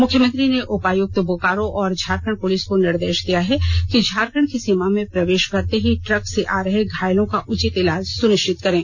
मुख्यमंत्री ने उपायुक्त बोकारो और झारखण्ड पुलिस को निदेश दिया है कि झारखण्ड की सीमा में प्रवेश करते ही ट्रक से आ रहे घायलों का उचित इलाज सुनिश्चित करें